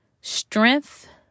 strength